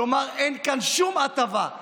כלומר, אין כאן שום הטבה.